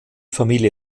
familie